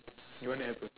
you want to have a